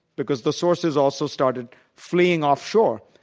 because the sources also started fleeing offshore.